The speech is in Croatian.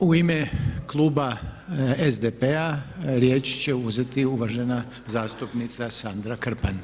U ime Kluba SDP-a riječ će uzeti uvažena zastupnica Sandra Krpan.